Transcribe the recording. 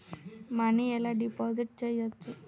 Money ఎలా deposit చేయచ్చు?